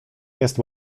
jest